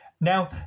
Now